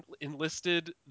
enlisted